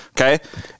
Okay